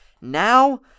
Now